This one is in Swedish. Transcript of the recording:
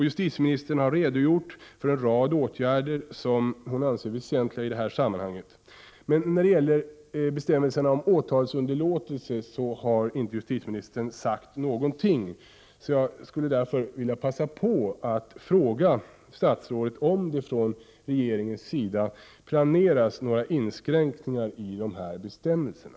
Justitieministern har redogjort för en rad åtgärder som hon anser vara väsentliga i detta sammanhang, men när det gäller bestämmelserna om åtalsunderlåtelse har inte justitieministern sagt någonting. Därför skulle jag 23 vilja passa på att fråga statsrådet om det från regeringens sida planeras några inskränkningar i de här bestämmelserna.